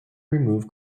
remove